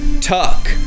tuck